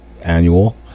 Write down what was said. annual